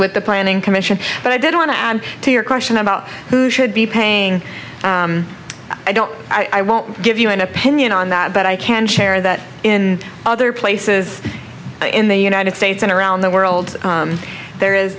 with the planning commission but i did want to add to your question about who should be paying i don't i won't give you an opinion on that but i can share that in other places in the united states and around the world there is